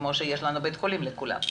כמו שיש בית חולים לכולם.